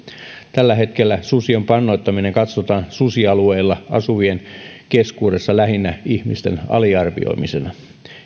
tällä hetkellä susien pannoittamista katsotaan susialueilla asuvien keskuudessa lähinnä ihmisten aliarvioimisena